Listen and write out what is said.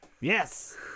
Yes